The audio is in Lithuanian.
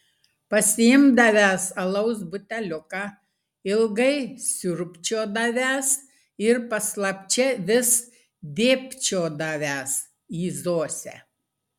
pasiimdavęs alaus buteliuką ilgai siurbčiodavęs ir paslapčia vis dėbčiodavęs į zosę